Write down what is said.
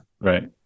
Right